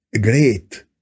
great